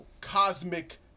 cosmic